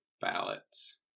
ballots